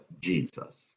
Jesus